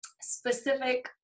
specific